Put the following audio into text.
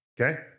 okay